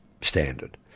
standard